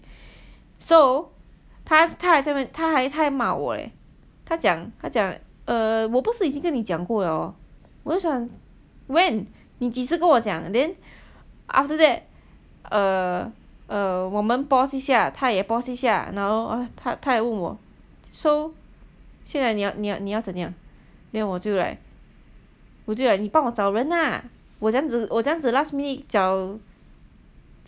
so 他还骂我 leh 他讲 err 我不是已经跟你讲过了 lor 我就讲 when 你几时跟我讲 then after that err 我们 pause 一下他也 pause 一下然后他也问我 so 现在你要怎样 then 我就 like 我就 like 你帮我找人 lah 我怎样子怎样子 last minute 找